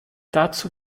dazu